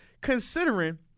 Considering